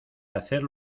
hacer